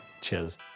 cheers